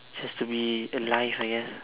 just to be alive I guess